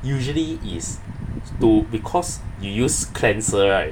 usually is to because you use cleanser right